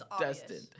destined